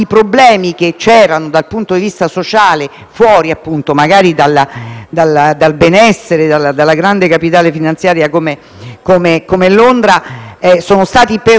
sociali, fuori dal benessere di una grande capitale finanziaria come Londra, sono stati percepiti come il frutto